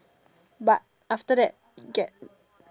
but after that get